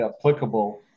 applicable